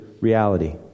reality